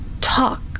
talk